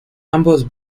ambos